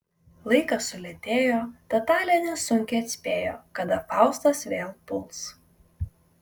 laikas sulėtėjo tad talė nesunkiai atspėjo kada faustas vėl puls